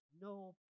no